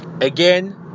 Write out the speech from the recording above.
Again